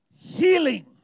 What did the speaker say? healing